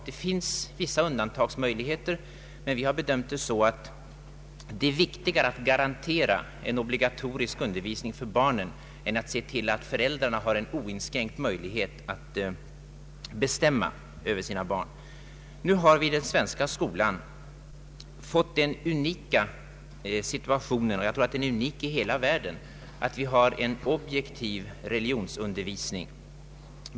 Det finns vissa undantagsmöjligheter, men vi har bedömt det så att det är viktigare att garantera en obligatorisk undervisning för barnen än att se till att föräldrarna har oinskränkt möjlighet att bestämma över dem. Vi har i den svenska skolan den unika situationen — jag tror att den är unik i hela världen — att ha en objektiv religionsundervisning.